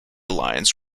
lines